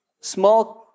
small